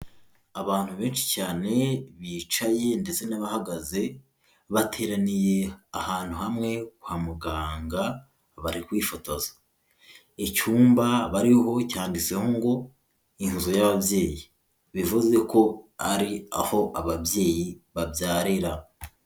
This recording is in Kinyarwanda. Abantu benshi cyane bicaye ndetse n'abahagaze bateraniye ahantu hamwe kwa muganga barikwifotoza. Icyumba bariho cyanditseho ngo inzu y'ababyeyi bivuze ko ari aho ababyeyi babyarira.